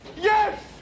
yes